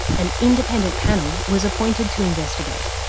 an independent panel was appointed to investigate,